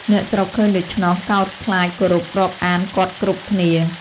អ្នកស្រុកឃើញដូច្នោះ កោតខ្លាចគោរពរាប់អានគាត់គ្រប់គ្នា។